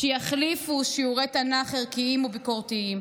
שיחליפו שיעורי תנ"ך ערכיים וביקורתיים,